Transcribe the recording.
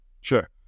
Sure